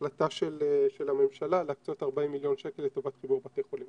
החלטה של הממשלה להקצות 40 מיליון שקל לטובת חיבור בתי חולים.